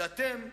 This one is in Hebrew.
אתם,